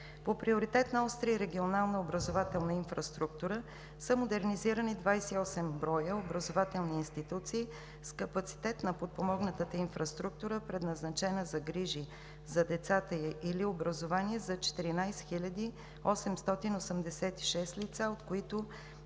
По Приоритетна ос 3 – „Регионална образователна инфраструктура“, са модернизирани 28 броя образователни институции с капацитет на подпомогната инфраструктура, предназначена за грижи за децата или образование за 14 886 лица, от които